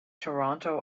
toronto